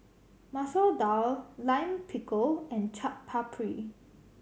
Masoor Dal Lime Pickle and Chaat Papri